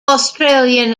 australian